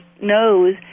knows